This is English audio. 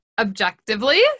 objectively